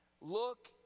look